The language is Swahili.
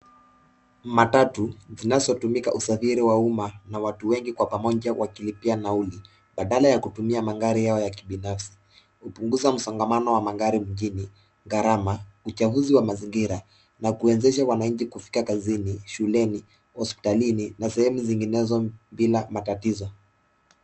Matatu zinaotumika usafiri wa umma na watu wengi kwa pamoja wakilipa nauli badala ya kutumia magari yao kibinafsi hupunguza msongamano wa magari mjini, gharama, uchafuzi wa mazingira na kusafisha mwananchi kufika kazini, hospitalini, shuleni na sehemu zingine bila matatizo.